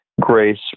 grace